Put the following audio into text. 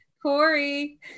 Corey